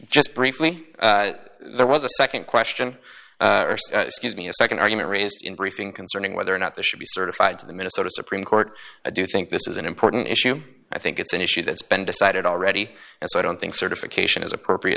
just briefly there was a nd question scuse me a nd argument raised in briefing concerning whether or not the should be certified to the minnesota supreme court i do think this is an important issue i think it's an issue that's been decided already so i don't think certification is appropriate